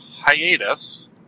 hiatus